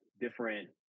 different